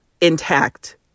intact